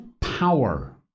Power